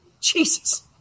Jesus